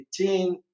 18